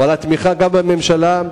ועל התמיכה גם מהממשלה,